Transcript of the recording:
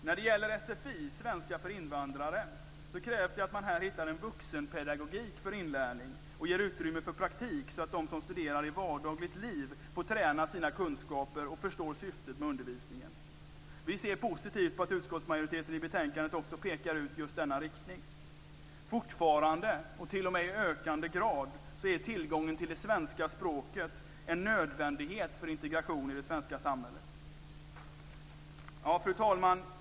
När det gäller sfi - svenska för invandrare - krävs det att man hittar en vuxenpedagogik för inlärning och ger utrymme för praktik så att de som studerar i vardagligt liv får träna sina kunskaper och förstår syftet med undervisningen. Vi ser på positivt på att utskottsmajoriteten i betänkandet pekar ut denna riktning. Fortfarande - och i ökande grad - är tillgången till det svenska språket en nödvändighet för integration i det svenska samhället. Fru talman!